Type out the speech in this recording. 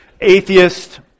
Atheist